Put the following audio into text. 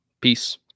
Peace